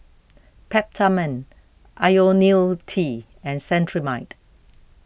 Peptamen Ionil T and Cetrimide